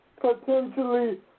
Potentially